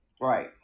Right